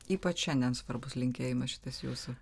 ypač šiandien svarbus linkėjimas šitas jūsų